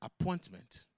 appointment